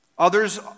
Others